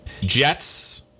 Jets